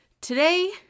Today